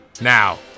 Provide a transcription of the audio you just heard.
Now